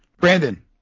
Brandon